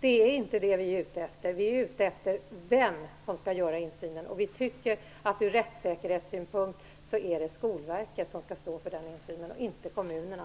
Men det är inte det som vi är ute efter, utan vem som skall ha insynen. Vi tycker att det ur rättssäkerhetssynpunkt bör vara Skolverket och inte kommunerna som står för insynen.